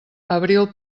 abril